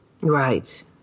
right